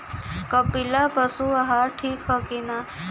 कपिला पशु आहार ठीक ह कि नाही?